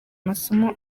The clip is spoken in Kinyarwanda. amasomo